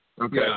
Okay